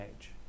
age